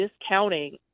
discounting